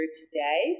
today